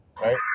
right